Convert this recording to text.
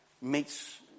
meets